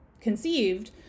conceived